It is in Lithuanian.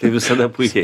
kai visada puikiai